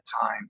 time